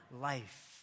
life